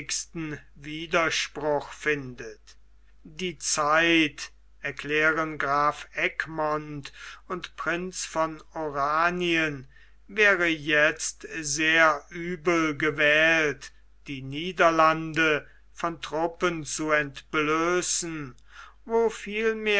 widerspruch findet die zeit erklären graf egmont und prinz von oranien wäre jetzt sehr übel gewählt die niederlande von truppen zu entblößen wo